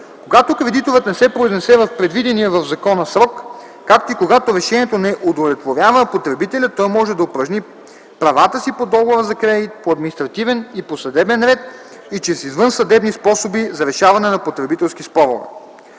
Когато кредиторът не се произнесе в предвидения в закона срок, както и когато решението не удовлетворява потребителя, той може да упражни правата си по договора за кредит по административен и по съдебен ред и чрез извънсъдебни способи за решаване на потребителски спорове.